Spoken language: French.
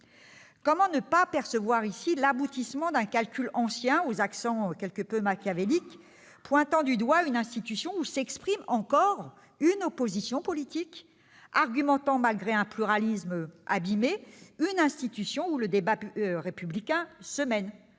Comment ne pas y voir l'aboutissement d'un calcul ancien, quelque peu machiavélique : il s'agit de pointer du doigt une institution où s'exprime encore une opposition politique, qui argumente malgré un pluralisme abîmé, une institution où le débat républicain se mène,